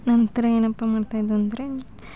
ನಂತರ ಏನಪ್ಪ ಮಾಡ್ತಾ ಇದ್ದರೆಂದ್ರೆ